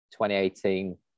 2018